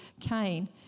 Cain